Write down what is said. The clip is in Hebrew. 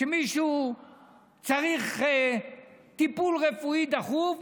כשמישהו צריך טיפול רפואי דחוף,